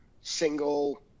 single